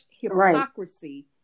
hypocrisy